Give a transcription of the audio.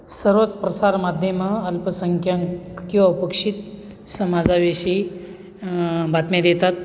सर्वच प्रसार माध्यमं अल्पसंख्यांक किंवा उपेक्षित समाजाविषयी बातम्या देतात